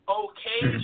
okay